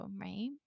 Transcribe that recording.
Right